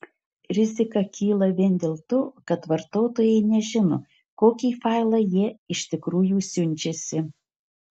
rizika kyla vien dėl to kad vartotojai nežino kokį failą jie iš tikrųjų siunčiasi